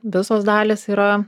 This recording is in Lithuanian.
visos dalys yra